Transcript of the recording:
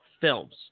films